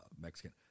Mexican